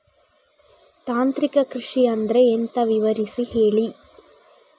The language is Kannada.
ತಾಂತ್ರಿಕ ಕೃಷಿ ಅಂದ್ರೆ ಎಂತ ವಿವರಿಸಿ ಹೇಳಿ